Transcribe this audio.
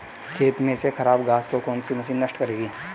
खेत में से खराब घास को कौन सी मशीन नष्ट करेगी?